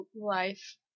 life